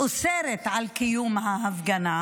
אוסרת על קיום ההפגנה,